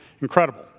incredible